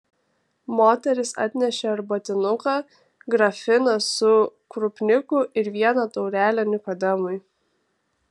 moteris atnešė arbatinuką grafiną su krupniku ir vieną taurelę nikodemui